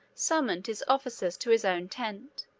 summoned his officers to his own tent,